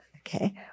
Okay